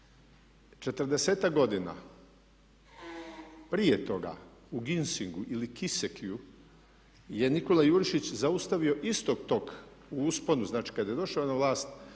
40-ak godina prije toga u …/Govornik se ne razumije./… je Nikola Jurišić zaustavio istog tog, u usponu znači kada je došao na vlast